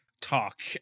talk